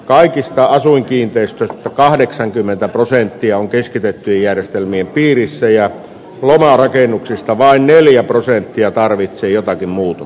kaikista asuinkiinteistö kahdeksankymmentä prosenttia on keskitetty järjestelmien piirissä ja laajennuksesta vain neljä prosenttia tarvitsee jotakin muuta